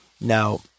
now